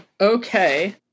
Okay